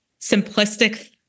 simplistic